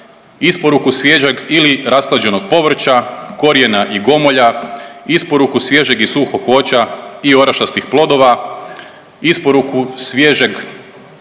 isporuku svježeg ili rashlađenog povrća, korijena i gomolja, isporuku svježeg i suhog voća i orašastih plodova, isporuku svježeg,